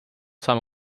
saame